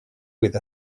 with